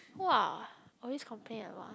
!wah! always complain about